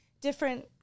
different